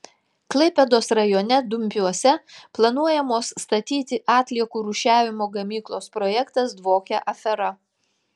klaipėdos rajone dumpiuose planuojamos statyti atliekų rūšiavimo gamyklos projektas dvokia afera